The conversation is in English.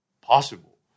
possible